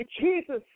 Jesus